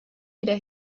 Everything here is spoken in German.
wieder